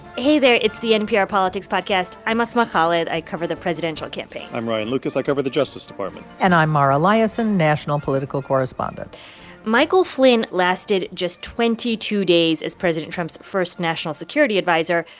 hey there. it's the npr politics podcast. i'm asma khalid. i cover the presidential campaign i'm ryan lucas. i cover the justice department and i'm mara liasson, national political correspondent michael flynn lasted just twenty two days as president trump's first national security adviser.